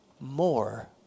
more